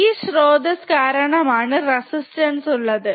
ഈ ശ്രോതസ് കാരണമാണ് റെസിസ്റ്റൻസ് ഉള്ളത്